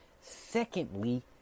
Secondly